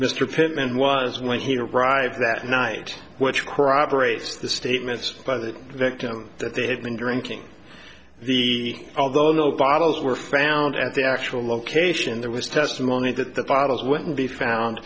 mr pittman was when he arrived that night which corroborates the statements by the victim that they had been drinking the although no bottles were found at the actual location there was testimony that the bottles wouldn't be found